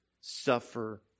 suffer